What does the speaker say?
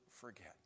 forget